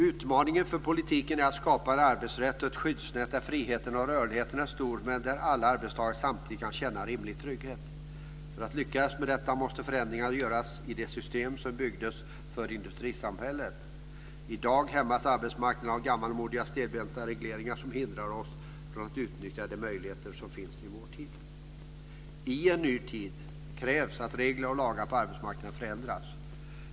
Utmaningen för politiken är att skapa en arbetsrätt och ett skyddsnät där friheten och rörligheten är stor men där alla arbetstagare samtidigt kan känna rimlig trygghet. För att lyckas med detta måste förändringar göras i de system som byggdes för industrisamhället. I dag hämmas arbetsmarknaden av gammalmodiga och stelbenta regleringar som hindrar oss från att utnyttja de möjligheter som finns i vår tid. I en ny tid krävs att regler och lagar på arbetsmarknaden förändras.